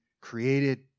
created